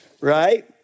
Right